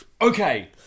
Okay